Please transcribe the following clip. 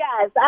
Yes